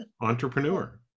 entrepreneur